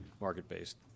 market-based